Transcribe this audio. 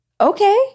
okay